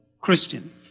Christian